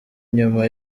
nyuma